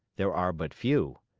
there are but few.